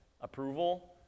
approval